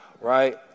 right